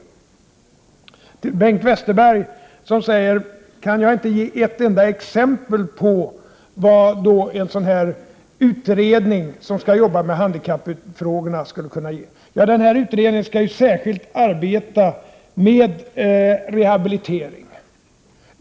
Så till Bengt Westerberg, som frågar om jag inte kan ge ett enda exempel på vad en utredning som jobbar med handikappfrågor skulle kunna ge. Ja, den skall särskilt arbeta med rehabilitering.